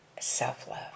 self-love